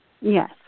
Yes